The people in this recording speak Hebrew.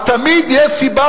אז תמיד יש סיבה,